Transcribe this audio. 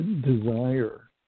desire